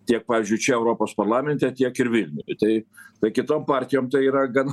tiek pavyzdžiui čia europos parlamente tiek ir vilniuj tai tai kitom partijom tai yra gan